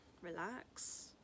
relax